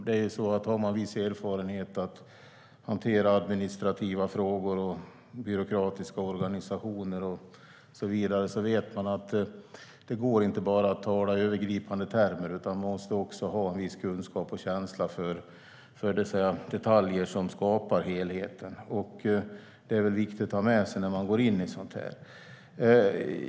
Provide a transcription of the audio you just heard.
Om man har viss erfarenhet av att hantera administrativa frågor och byråkratiska organisationer och så vidare vet man att det inte går att bara tala i övergripande termer. Man måste också ha viss kunskap och känsla för de detaljer som skapar helheten. Detta är viktigt att ha med sig när man går in i sådant här.